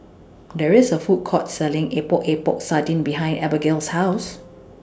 There IS A Food Court Selling Epok Epok Sardin behind Abigale's House